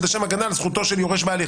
לשם הגנה על זכותו של יורש בהליך".